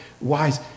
wise